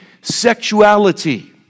sexuality